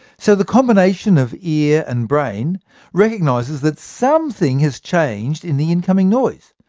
so the combination of ear and brain recognises that something has changed in the incoming noise.